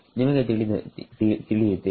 ನಿಮಗೆ ತಿಳಿಯಿತೇ